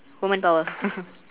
woman power